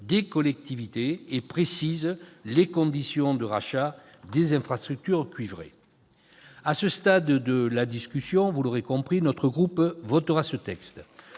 des collectivités et précise les conditions de rachat des infrastructures cuivrées. À ce stade de la discussion, vous l'aurez compris, notre groupe votera ce texte.